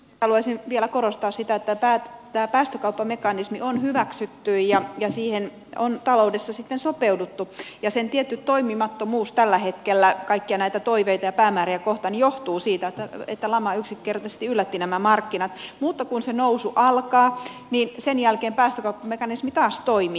haluaisin vielä korostaa sitä että tämä päästökauppamekanismi on hyväksytty ja siihen on taloudessa sitten sopeuduttu ja sen tietty toimimattomuus tällä hetkellä kaikkia näitä toiveita ja päämääriä kohtaan johtuu siitä että lama yksinkertaisesti yllätti nämä markkinat mutta kun nousu alkaa niin sen jälkeen päästökauppamekanismi taas toimii